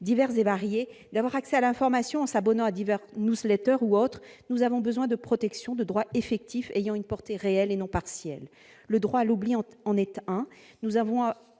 divers et variés, d'avoir accès à l'information par des abonnements à des, notamment, nous avons besoin de protection, de droits effectifs ayant une portée réelle, et non partielle. Le droit à l'oubli en est un. Nous devons